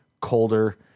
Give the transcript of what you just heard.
colder